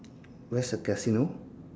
where's the casino